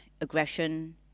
aggression